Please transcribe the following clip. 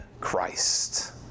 Christ